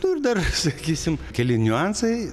nu ir dar sakysim keli niuansai